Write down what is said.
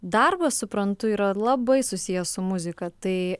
darbas suprantu yra labai susijęs su muzika tai